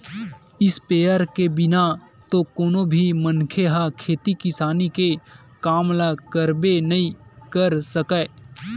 sprayer के बिना तो कोनो भी मनखे ह खेती किसानी के काम ल करबे नइ कर सकय